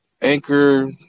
Anchor